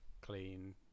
clean